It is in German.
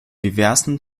diversen